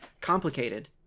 complicated